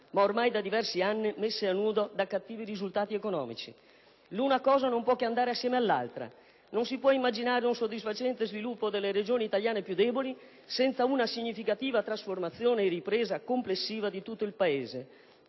ma ormai, da diversi anni, messe a nudo da cattivi da risultati economici. L'una cosa non può che andare assieme all'altra. Non si può immaginare un soddisfacente sviluppo delle Regioni italiane più deboli senza una significativa trasformazione e ripresa complessiva di tutto il Paese.